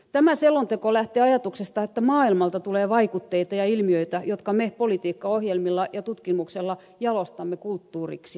tämä selonteko lähtee ajatuksesta että maailmalta tulee vaikutteita ja ilmiöitä jotka me politiikkaohjelmilla ja tutkimuksella jalostamme kulttuuriksi